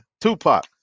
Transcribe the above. Tupac